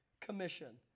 commission